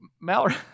Mallory